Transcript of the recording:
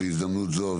בהזדמנות זו,